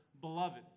beloved